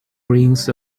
brings